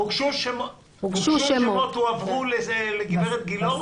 הוגשו שמות והועברו לגברת גילאור?